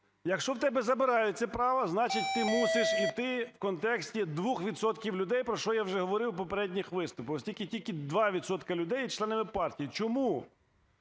Якщо в тебе забирають це право, значить, ти мусиш іти в контексті 2 відсотків людей, про що я вже говорив у попередніх виступах. Оскільки тільки 2 відсотки людей є членами партії. Чому?